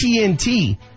TNT